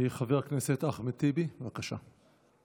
חבר הכנסת אחמד טיבי, בבקשה.